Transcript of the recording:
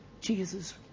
Jesus